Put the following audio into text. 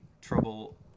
trouble